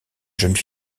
jeune